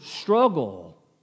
struggle